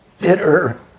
bitter